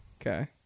Okay